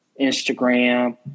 Instagram